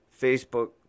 Facebook